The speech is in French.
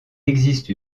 existe